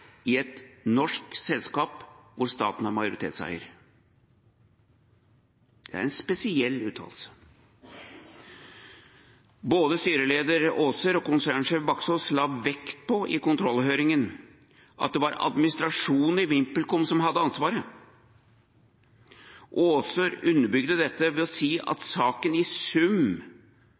i et norsk selskap hvor staten er majoritetseier. Det er en spesiell uttalelse. Både styreleder Aaser og konsernsjef Baksaas la vekt på i kontrollhøringa at det var administrasjonen i VimpelCom som hadde ansvaret. Aaser underbygde dette ved å si